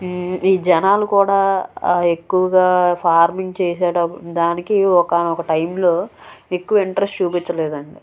ఈ జనాలు కూడా ఎక్కువగా ఫార్మింగ్ చేసేట దానికి ఒకానొక టైములో ఎక్కువ ఇంట్రస్ట్ చూపించలేదు అండి